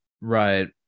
Right